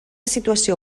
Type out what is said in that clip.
situació